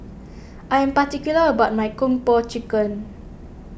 I am particular about my Kung Po Chicken